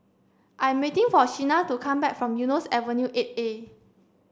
I am waiting for Shena to come back from Eunos Avenue eight A